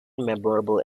memorable